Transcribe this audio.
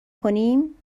کنیم